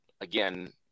again